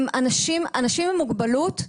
אנשים עם מוגבלות,